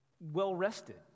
well-rested